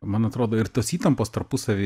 man atrodo ir tos įtampos tarpusavy